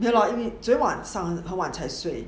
没有因为昨天晚上很晚才睡